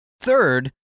Third